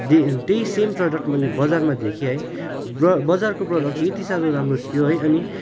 त्यही same product मैले बजारमा देखेँ है बजारको प्रडक्ट चाहिँ यति साह्रो राम्रो थियो है अनि